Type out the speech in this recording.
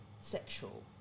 sexual